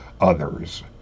others